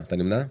אתה נמנע?